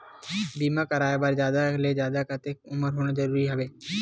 बीमा कराय बर जादा ले जादा कतेक उमर होना जरूरी हवय?